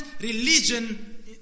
religion